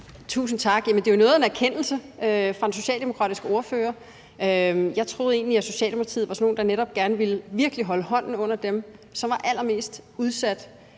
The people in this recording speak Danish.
Tusind tak. Jamen det er jo noget af en erkendelse fra den socialdemokratiske ordfører. Jeg troede egentlig, at Socialdemokratiet var sådan nogle, der netop gerne virkelig ville holde hånden under dem, som er allermest udsatte.